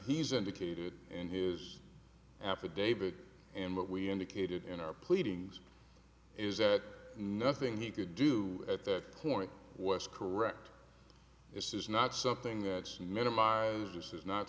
he's indicated in his affidavit and what we indicated in our pleadings is that nothing he could do at that point west correct this is not something that